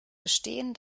gestehen